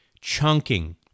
chunking